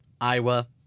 Iowa